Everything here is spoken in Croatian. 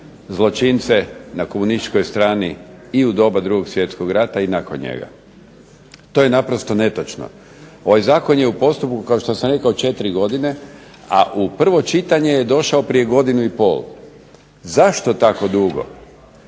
zločince na komunističkoj strani i u doba Drugog svjetskog rata i nakon njega." To je naprosto netočno. Ovaj zakon je u postupku kao što sam rekao četiri godine, a u prvo čitanje je došao prije godinu i pol. Zašto tako dugo?